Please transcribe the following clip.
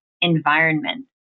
environment